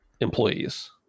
employees